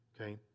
Okay